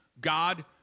God